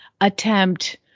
attempt